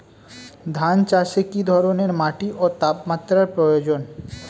ধান চাষে কী ধরনের মাটি ও তাপমাত্রার প্রয়োজন?